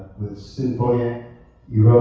sinfonia